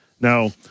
Now